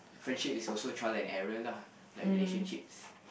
friendship is also trial and error lah like relationships